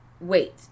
Wait